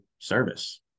service